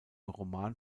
roman